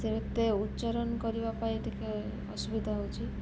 ସେମିତି ଉଚ୍ଚାରଣ କରିବା ପାଇଁ ଟିକିଏ ଅସୁବିଧା ହେଉଛି